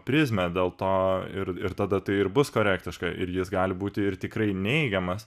prizmę dėl to ir ir tada tai ir bus korektiška ir jis gali būti ir tikrai neigiamas